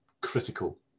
critical